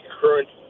current